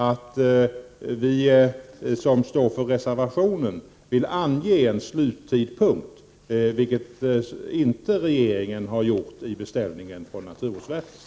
Vi som står för reservationen vill ange en sluttidpunkt, vilket inte regeringen har gjort i beställningen till naturvårdsverket.